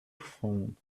phone